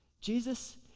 Jesus